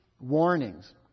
warnings